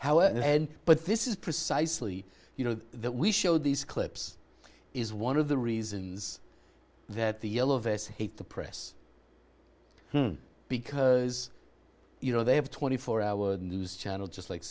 how and then but this is precisely you know that we showed these clips is one of the reasons that the yellow vests hate the press because you know they have twenty four hour news channel just like